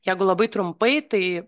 jeigu labai trumpai tai